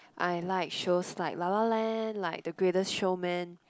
I like shows like La la land like the Greatest Showman